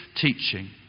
teaching